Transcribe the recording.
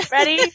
Ready